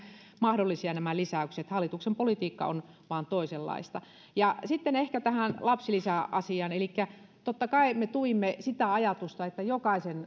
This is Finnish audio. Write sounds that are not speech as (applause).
mahdollisia nämä lisäykset hallituksen politiikka on vain toisenlaista sitten ehkä tähän lapsilisäasiaan elikkä totta kai me tuimme sitä ajatusta että jokaisen (unintelligible)